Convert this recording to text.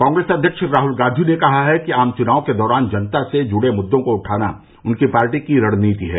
कांग्रेस अध्यक्ष राहुल गांधी ने कहा है कि आम चुनाव के दौरान जनता से जुड़े मुद्दों को उठाना उनकी पार्टी की रणनीति है